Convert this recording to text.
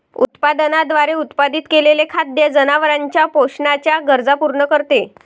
उत्पादनाद्वारे उत्पादित केलेले खाद्य जनावरांच्या पोषणाच्या गरजा पूर्ण करते